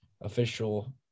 official